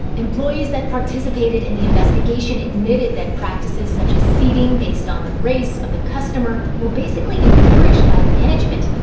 employees that participated in the investigation admitted that practices such as seating based on the race of the customer were basically encouraged by management,